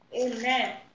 amen